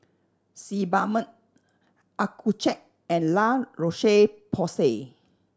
Sebamed Accucheck and La Roche Porsay